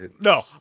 No